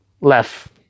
left